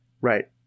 right